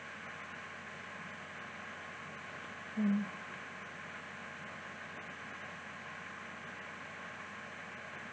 mm